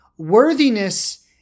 Worthiness